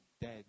dead